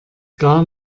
gar